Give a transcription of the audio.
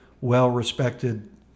well-respected